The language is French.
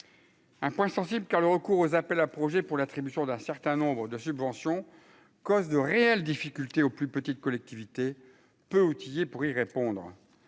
Un point sensible car le recours aux appels à projets pour l'attribution d'un certain nombres de subventions, cause de réelles difficultés aux plus petites collectivités peu outillés pour y répondre,